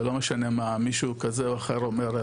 ולא משנה מה מישהו כזה או אחר אומר,